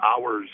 hours